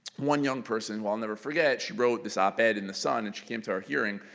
one young person, who i'll never forget, she wrote this op-ed in the sun and she came to our hearing.